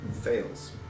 Fails